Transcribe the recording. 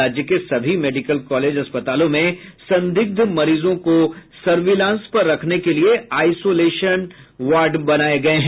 राज्य के सभी मेडिकल कॉलेज अस्पतालों में संदिग्ध मरीजों को सर्विलांस पर रखने के लिए आईसोलेशन वार्ड बनाये गये हैं